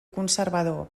conservador